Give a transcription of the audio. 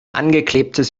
angeklebtes